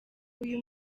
uyu